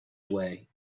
away